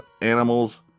animals